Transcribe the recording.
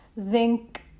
Zinc